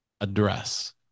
address